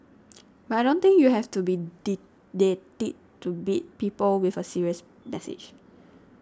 but I don't think you have to be didactic to beat people with a serious message